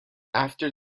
after